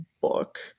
book